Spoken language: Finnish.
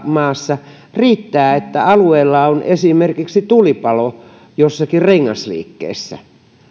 maassa riittää että alueella on esimerkiksi tulipalo jossakin rengasliikkeessä